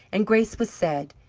and grace was said.